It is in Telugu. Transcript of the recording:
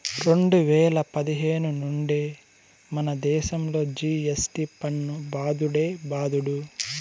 రెండు వేల పదిహేను నుండే మనదేశంలో జి.ఎస్.టి పన్ను బాదుడే బాదుడు